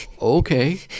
Okay